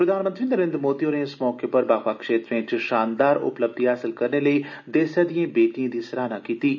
प्रधानमंत्री नरेन्द्र मोदी होर इस मौके पर बक्ख बक्ख क्षेत्रे च शानदार उपलब्धि हासल करने लेई देसै दिएं बेटिएं दी सराहना कीती ऐ